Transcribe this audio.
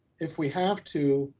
if we have to,